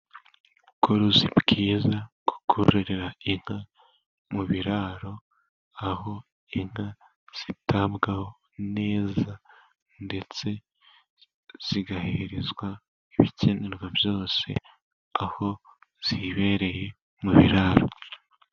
Ubworozi bwiza bwo kororera inka mu biraro, aho inka zitabwaho neza ndetse zigaherezwa ibikenerwa byose aho zibereye mu biraro.